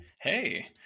Hey